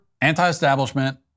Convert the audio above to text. anti-establishment